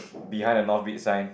behind the mount big sign